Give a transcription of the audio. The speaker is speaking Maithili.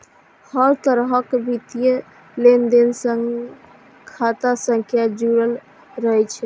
हर तरहक वित्तीय लेनदेन सं खाता संख्या जुड़ल रहै छै